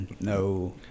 No